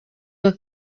iyo